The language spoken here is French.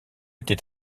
était